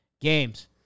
Games